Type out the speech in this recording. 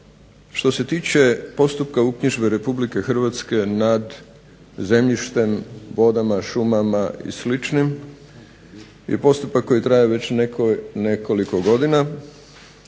što se tiče postupka uknjižbe RH nad zemljištem vodama, šumama i sl. je postupak koji traje već nekoliko godina